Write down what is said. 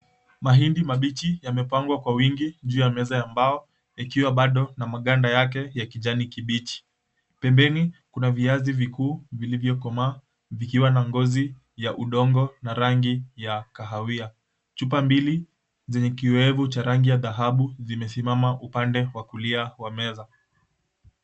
Mahindi mabichi yamepangwa kwa wingi juu ya meza ya mbao yakiwa bado na maganda yake ya kijani kibichi. Pembeni kuna viazi vikuu vilivyokomaa vikiwa na ngozi ya udongo na rangi ya kahawia. Chupa mbili zenye kioevu cha rangi ya dhahabu zimesimama upande wa kulia wa meza.